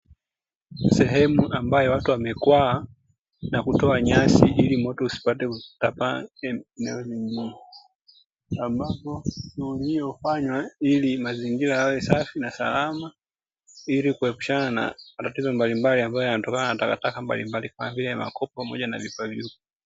Sehemu ambayo watu wamekwaa ma kutoa nyasi ili moto usipate kufika kwenye eneo lingine, ambapo shughuli hiyo hufanywa ili mazingira yawe safi na Salama ili kuepushana na matatizo mbalimbali yatokanayo na takataka kama vile; makopo pamoja na vyupa.